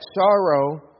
sorrow